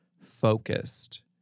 focused